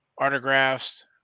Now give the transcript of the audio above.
autographs